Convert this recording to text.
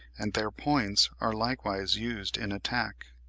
and their points are likewise used in attack.